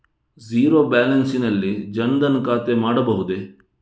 Zero balance ನಲ್ಲಿ ಜನ್ ಧನ್ ಖಾತೆ ಮಾಡಬಹುದೇ?